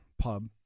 pub